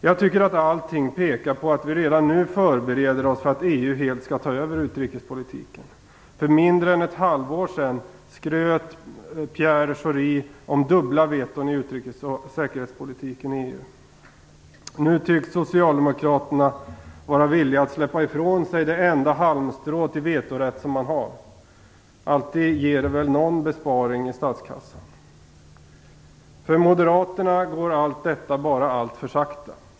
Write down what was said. Jag tycker att allting pekar på att vi redan nu förbereder oss för att EU helt skall ta över utrikespolitiken. För mindre än ett halvår sedan skröt Pierre Schori om dubbla veton i utrikes och säkerhetspolitiken i EU. Nu tycks socialdemokraterna vara villiga att släppa ifrån sig det enda halmstrå till vetorätt som man har. Alltid ger det någon besparing i statskassan. För moderaterna går allt detta bara alltför sakta.